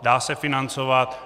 Dá se financovat.